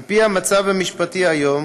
על-פי המצב המשפטי היום,